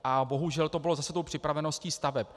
A bohužel to bylo zase tou připraveností staveb.